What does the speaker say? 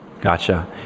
Gotcha